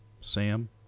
Sam